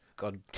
God